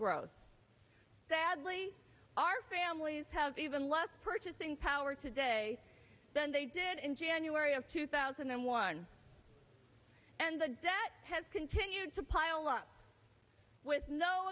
growth sadly our families have even less purchasing power today than they did in january of two thousand and one and the debt has continued to pile up with no